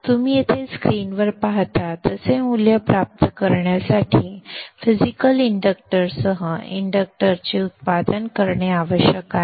तुम्ही येथे स्क्रीनवर पाहता तसे मूल्य प्राप्त करण्यासाठी फिजिकल इंडक्टर सह इंडक्टरचे उत्पादन करणे आवश्यक आहे